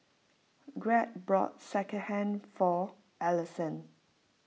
Greg bought Sekihan for Allisson